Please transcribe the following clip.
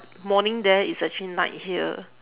morning there is actually night here